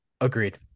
agreed